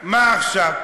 מה עכשיו?